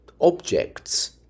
objects